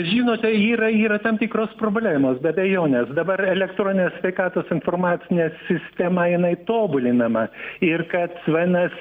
žinote yra yra tam tikros problemos be abejonės dabar elektroninė sveikatos informacinė sistema jinai tobulinama ir kad vadinas